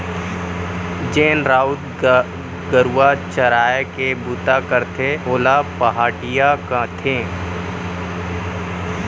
जेन राउत गरूवा चराय के बूता करथे ओला पहाटिया कथें